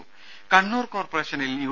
രുമ കണ്ണൂർ കോർപ്പറേഷനിൽ യു